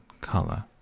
color